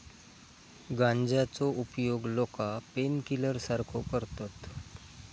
गांजाचो उपयोग लोका पेनकिलर सारखो करतत